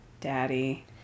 daddy